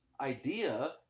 idea